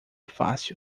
fácil